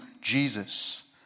Jesus